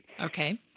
Okay